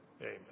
Amen